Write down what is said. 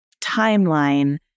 timeline